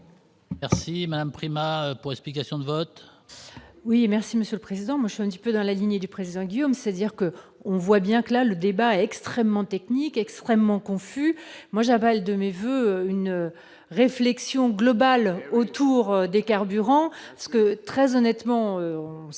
Merci madame Prima pour explication de vote.